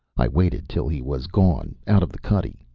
i waited till he was gone out of the cuddy,